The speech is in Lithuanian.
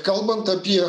kalbant apie